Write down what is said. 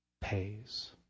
pays